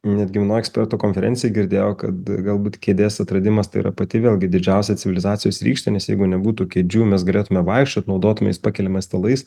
netgi vienoj ekspertų konferencijoj girdėjau kad galbūt kėdės atradimas tai yra pati vėlgi didžiausia civilizacijos rykštė nes jeigu nebūtų kėdžių mes galėtume vaikščiot naudotumeis pakeliamais stalais